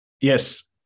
Yes